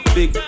Big